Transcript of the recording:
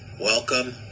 welcome